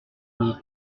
deux